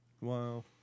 Wow